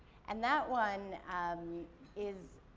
and, that one is,